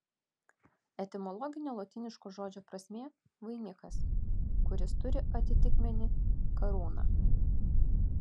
etimologinė lotyniško žodžio prasmė vainikas kuris turi atitikmenį karūna